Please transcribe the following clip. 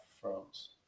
France